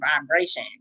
vibration